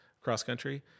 cross-country